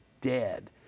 dead